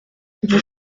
vous